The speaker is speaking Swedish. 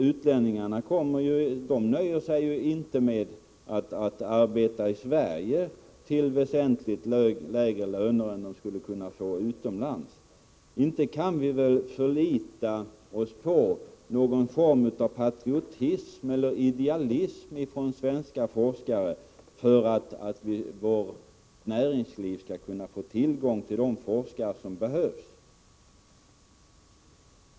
Utlänningarna nöjer sig inte med att arbeta i Sverige till väsentligt lägre löner än de skulle kunna få utomlands. Inte kan vi väl förlita oss på någon form av patriotism eller idealism ifrån svenska forskare för att vårt näringsliv skall kunna få tillgång till de forskare som behövs.